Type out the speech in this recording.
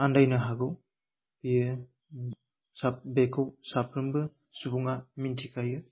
आन्दायनो हागौ बियो ओम साब बेखौ साफ्रोमबो सुबुङा मिन्थिखायो